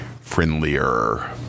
friendlier